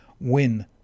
win